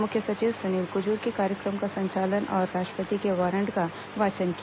मुख्य सचिव सुनील कुजूर ने कार्यक्रम का संचालन और राष्ट्रपति के वारंट का वाचन किया